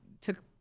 took